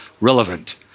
relevant